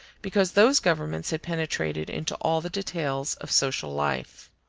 because those governments had penetrated into all the details of social life.